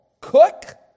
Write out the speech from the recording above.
cook